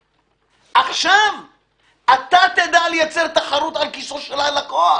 עכשיו אתה תדע לייצר תחרות על כיסאו של הלקוח,